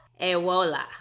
Ewola